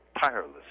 tireless